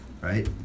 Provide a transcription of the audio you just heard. right